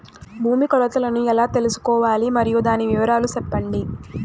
భూమి కొలతలను ఎలా తెల్సుకోవాలి? మరియు దాని వివరాలు సెప్పండి?